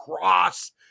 cross